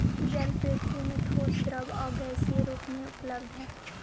जल पृथ्वी में ठोस द्रव आउ गैसीय रूप में उपलब्ध हई